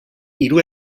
hiru